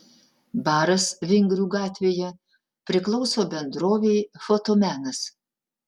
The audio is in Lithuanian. baras vingrių gatvėje priklauso bendrovei fotomenas